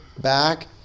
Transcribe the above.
back